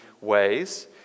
ways